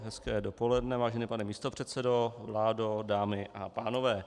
Hezké dopoledne, vážený pane místopředsedo, vládo, dámy a pánové.